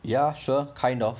ya sure kind of